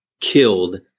killed